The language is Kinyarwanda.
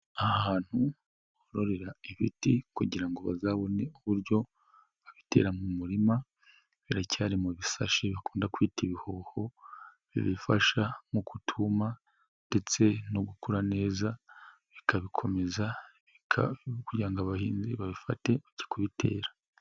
Ahantu bororera ibiti, kugira ngo bazabone uburyo babitera mu murima, biracyari mu bisashi bakunda kwita ibihoho, bibifasha mu kutuma ndetse no gukura neza, bikabikomeza kugira ngo abahinzi babifate bage kubitera.